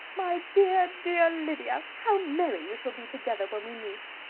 my dear, dear lydia! how merry we shall be together when we meet!